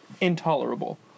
Intolerable